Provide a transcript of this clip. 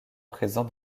présent